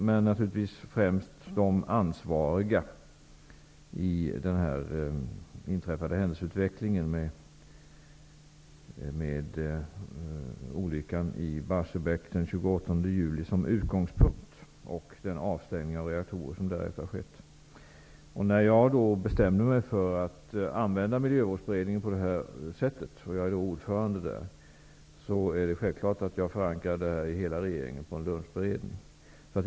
De viktigaste personerna i sammanhanget är naturligtvis de ansvariga i samband med den aktuella händelseutvecklingen, med olyckan i När jag bestämde mig för att använda Miljövårdsberedningen, där jag är ordförande, på det här sättet, förankrade jag naturligtvis detta i hela regeringen på en lunchberedning.